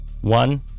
One